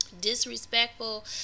disrespectful